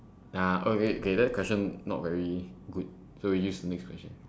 nah okay okay that question not very good so we use the next question